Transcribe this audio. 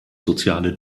soziale